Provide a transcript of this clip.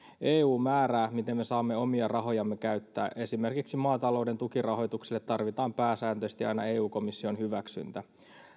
eu määrää miten me saamme omia rahojamme käyttää esimerkiksi maatalouden tukirahoitukselle tarvitaan pääsääntöisesti aina eu komission hyväksyntä